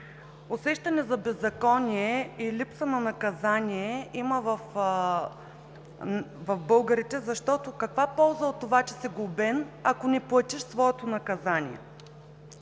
Усещане за беззаконие и липса на наказание има в българите, защото каква полза от това, че си глобен, ако не платиш своето наказание?